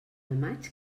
maig